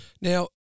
Now